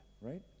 right